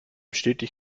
stetig